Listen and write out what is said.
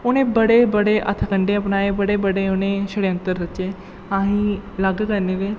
उ'नें बड़े बड़े हत्थकंडे अपनाए बड़े बड़े उ'नें छड़यंत्र रचे असें गी अलग करने दे